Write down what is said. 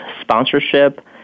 sponsorship